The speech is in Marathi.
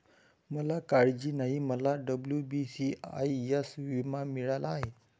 मला काळजी नाही, मला डब्ल्यू.बी.सी.आय.एस विमा मिळाला आहे